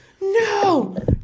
no